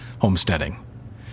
homesteading